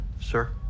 sir